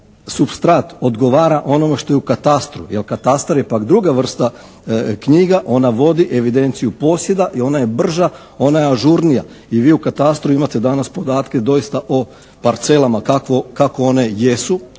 supstrat odgovara onome što je u katastru, jer katastar je pak druga vrsta knjiga, ona vodi evidenciju posjeda i ona je brža, ona je ažurnija i vi u katastru imate danas podatke doista o parcelama kako one jesu,